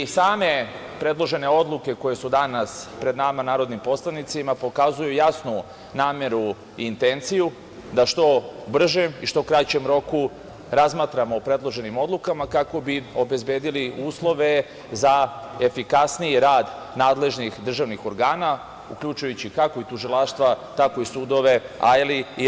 Same predložene odluke koje su danas pred nama, narodnim poslanicima, pokazuju jasnu nameru i intenciju da što brže i u što kraćem roku razmatramo o predloženim odlukama kako bi obezbedili uslove za efikasniji rad nadležnih državnih organa, kako tužilaštva, tako i sudove, ali i RIK.